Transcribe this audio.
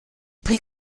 prix